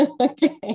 Okay